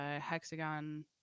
hexagon